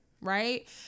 right